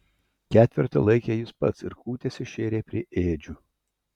ketvertą laikė jis pats ir kūtėse šėrė prie ėdžių